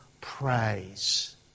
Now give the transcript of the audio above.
praise